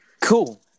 Cool